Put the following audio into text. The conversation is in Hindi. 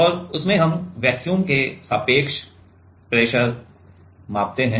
और उसमें हम वैक्यूम के सापेक्ष प्रेशर मापते हैं